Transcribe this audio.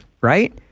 right